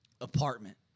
apartment